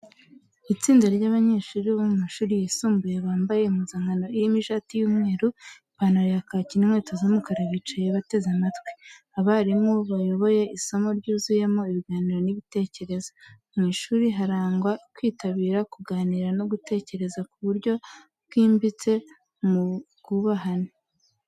Itsinda ry’abanyeshuri bo mu mashuri yisumbuye bambaye impuzankano irimo ishati y’umweru, ipantalo ya kaki n’inkweto z’umukara bicaye bateze amatwi. Abarimu bayoboye isomo ryuzuyemo ibiganiro n’ibitekerezo. Mu ishuri harangwa kwitabira, kuganira no gutekereza ku buryo bwimbitse mu bwubahane.